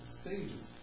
stages